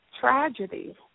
Tragedy